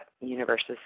universe's